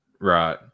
right